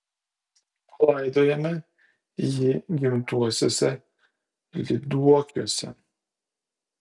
palaidojome jį gimtuosiuose lyduokiuose